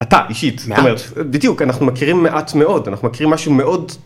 אתה, אישית. מעט. בדיוק, אנחנו מכירים מעט מאוד. אנחנו מכירים משהו מאוד.